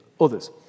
others